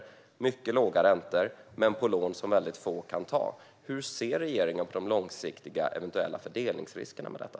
Det är också mycket låga räntor, men på lån som väldigt få kan ta. Hur ser regeringen på de eventuella långsiktiga fördelningsriskerna med detta?